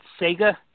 Sega